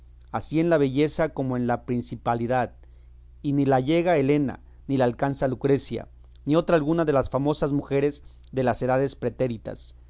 así en la belleza como en la principalidad y ni la llega elena ni la alcanza lucrecia ni otra alguna de las famosas mujeres de las edades pretéritas